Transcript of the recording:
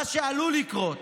מה שעלול לקרות